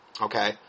okay